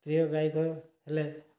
ପ୍ରିୟ ଗାୟକ ହେଲେ